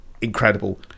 incredible